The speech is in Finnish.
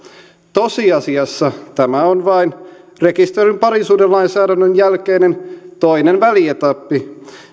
tosiasiassa tämä on vain rekisteröidyn parisuhdelainsäädännön jälkeinen toinen väli etappi